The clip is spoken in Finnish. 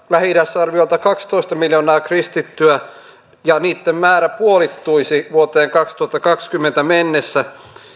lähi idässä on arviolta kaksitoista miljoonaa kristittyä ja heidän määränsä puolittuisi vuoteen kaksituhattakaksikymmentä mennessä